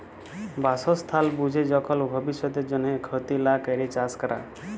বাসস্থাল বুঝে যখল ভব্যিষতের জন্হে ক্ষতি লা ক্যরে চাস ক্যরা